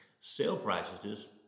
Self-righteousness